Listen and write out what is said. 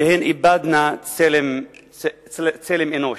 שהן איבדו צלם אנוש.